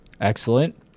Excellent